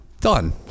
Done